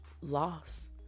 loss